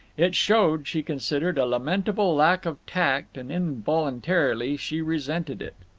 it showed, she considered, a lamentable lack of tact, and involuntarily she resented it.